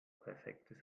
perfektes